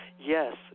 yes